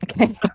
okay